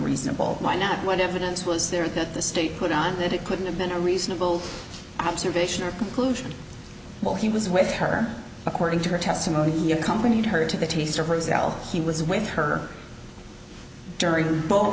reasonable why not what evidence was there that the state put on that it could have been a reasonable observation or conclusion while he was with her according to her testimony he accompanied her to the teaser for example he was with her during both